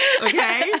okay